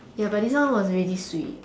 ya but this one was really sweet